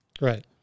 Right